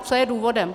Co je důvodem?